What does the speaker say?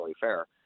fair